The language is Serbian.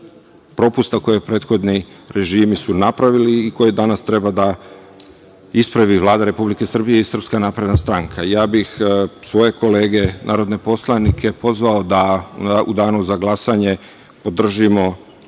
propusta koji su prethodni režim napravili i koje danas treba da ispravi Vlada Republike Srbije i SNS.Ja bih svoje kolege narodne poslanike pozvao da u danu za glasanje podržimo